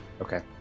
Okay